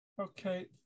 Okay